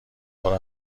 برو